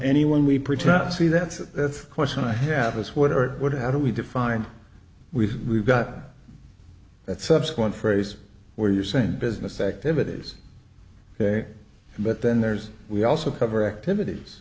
not see that's a question i have is what i would how do we define we've we've got that subsequent phrase where you're saying business activities ok but then there's we also cover activities